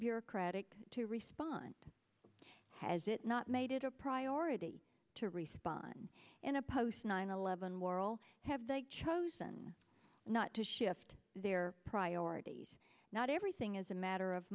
bureaucratic to respond has it not made it a priority to respond in a post nine eleven world have they chosen not to shift their priorities not everything is a matter of